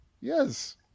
Yes